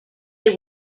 they